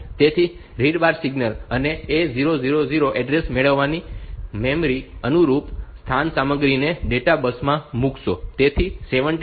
તેથી read bar signal અને A000 address મેળવવાથી મેમરી અનુરૂપ સ્થાન સામગ્રીને ડેટા બસ માં મૂકશે